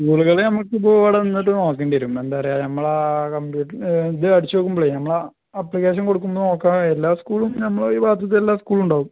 സ്കൂളുകളെ നമുക്കിപ്പോൾ ഇവിടെ വന്നിട്ട് നോക്കേണ്ടി വരും എന്താണ് പറയുക നമ്മൾ ആ കംപ്യൂട്ടറിൻ്റെ ഇതടിച്ച് നോക്കുമ്പോളേ നമ്മൾ ആ ആപ്ലിക്കേഷൻ കൊടുക്കുന്നത് നോക്കാനേ എല്ലാ സ്കൂളും നമ്മളെ ഈ ഭാഗത്തെ എല്ലാ സ്കൂളും ഉണ്ടാവും